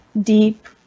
deep